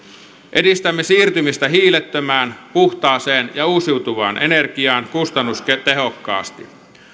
edistämme siirtymistä hiilettömään puhtaaseen ja uusiutuvaan energiaan kustannustehokkaasti